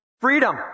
freedom